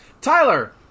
Tyler